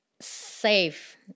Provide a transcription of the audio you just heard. safe